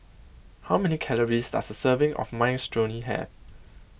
how many calories does a serving of Minestrone have